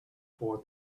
for